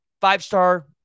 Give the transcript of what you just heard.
Five-star